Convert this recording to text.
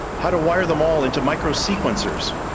how to wire them all into micro sequencers.